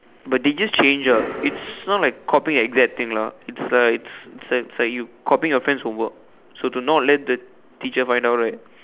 but they just change ah it's not like copying the exact thing lah it's like it's like you're copying your friend's homework so to not let the teacher find out right